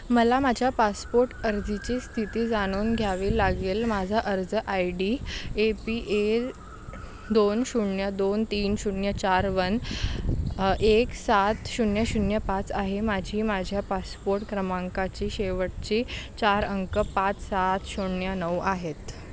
मला माझ्या पासपोर्ट अर्जाची स्थिती जाणून घ्यावी लागेल माझा अर्ज I D A P A दोन शून्य दोन तीन शून्य चार वन एक सात शून्य शून्य पाच आहे माझी माझ्या पासपोर्ट क्रमांकाचे शेवटचे चार अंक पाच सात शून्य नऊ आहेत